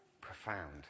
profound